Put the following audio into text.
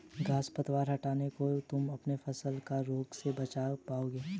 घांस पतवार हटाने से तुम अपने फसलों का रोगों से बचाव कर पाओगे